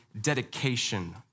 dedication